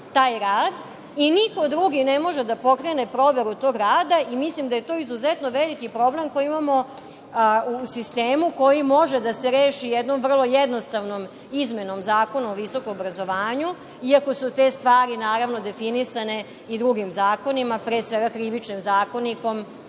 taj rad i niko drugi ne može da pokrene proveru tog rada. Mislim da je to izuzetno veliki problem koji imamo u sistemu koji može da se reši jednom vrlo jednostavnom izmenom Zakona o visokom obrazovanju, iako su te stvari, naravno, definisane i drugim zakonima, pre svega Krivičnim zakonikom,